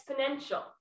exponential